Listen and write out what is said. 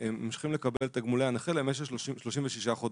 הם ממשיכים לקבל את תגמולי הנכה למשך 36 חודשם.